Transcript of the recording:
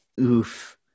Oof